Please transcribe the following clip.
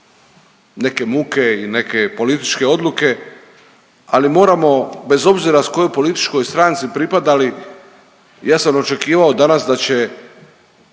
neke muke i neke političke odluke. Ali moramo bez obzira kojoj političkoj stranci pripadali, ja sam očekivao danas da će